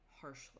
harshly